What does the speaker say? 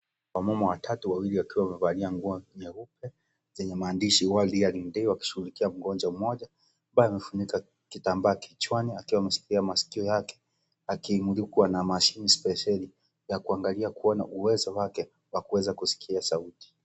Wamama watatu wawili wakiwa wamevalia nguo nyeupe zenye maandishi (cs)World Hearing Day(cs) wakishughulikia mgonjwa mmoja ambaye amefunika kitambaa kichwani akiwa ameshikilia maskio yake akimulikwa na mashini spesheli ya kuangalia kuona uwezo wake wa kuweza kuskia sauti.